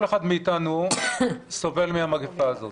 כל אחד מאיתנו סובל מהמגפה הזאת.